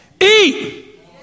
Eat